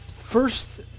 first